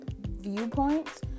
viewpoints